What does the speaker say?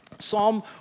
Psalm